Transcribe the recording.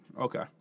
Okay